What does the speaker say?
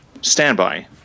standby